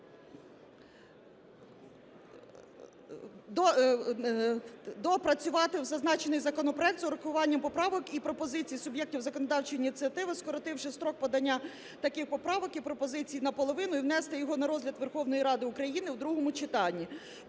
доопрацювати зазначений законопроект з урахуванням поправок і пропозицій суб'єктів законодавчої ініціативи, скоротивши строк подання таких поправок і пропозицій наполовину і внести його на розгляд Верховної Ради України у другому читанні.